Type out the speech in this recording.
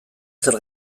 zer